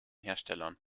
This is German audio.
herstellern